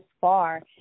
far